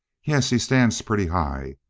yes, he stands pretty high.